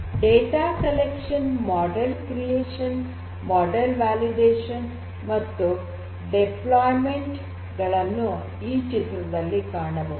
data ಸಂಗ್ರಹಣೆ model ಸೃಷ್ಟಿ model validation ಮತ್ತು ನಿಯೋಜನೆಗಳನ್ನು ಈ ಚಿತ್ರದಲ್ಲಿ ಕಾಣಬಹುದು